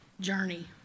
journey